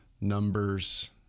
numbers